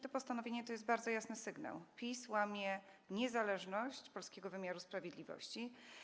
To postanowienie to jest bardzo jasny sygnał, że PiS łamie niezależność polskiego wymiaru sprawiedliwości.